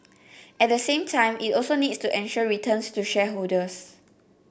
at the same time it also needs to ensure returns to shareholders